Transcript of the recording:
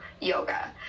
yoga